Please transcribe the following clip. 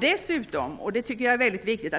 Dessutom har